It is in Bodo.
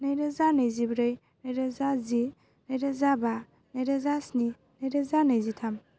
नैरोजा नैजिब्रै नैरोजा जि नैरोजा बा नैरोजा स्नि नैरोजा नैजिथाम